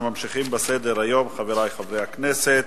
אנחנו ממשיכים בסדר-היום, חברי חברי הכנסת,